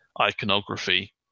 iconography